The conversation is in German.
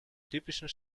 typischen